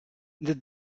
the